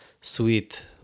sweet